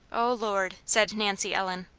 oh, lord! said nancy ellen.